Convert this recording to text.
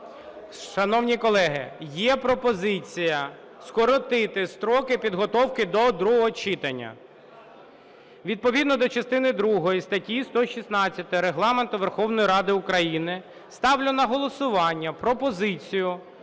Шановні колеги, є пропозиція скоротити строки підготовки до другого читання. Відповідно до частини другої статті 116 Регламенту Верховної Ради України ставлю на голосування пропозицію